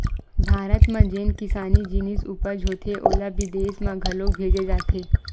भारत म जेन किसानी जिनिस उपज होथे ओला बिदेस म घलोक भेजे जाथे